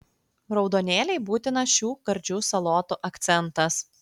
raudonėliai būtinas šių gardžių salotų akcentas